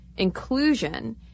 Inclusion